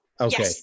Okay